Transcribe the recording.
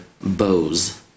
bows